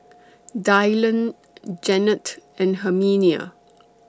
Dylon Jannette and Herminia